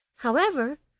however,